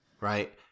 right